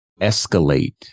escalate